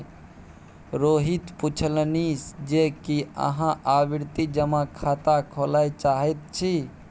रोहित पुछलनि जे की अहाँ आवर्ती जमा खाता खोलय चाहैत छी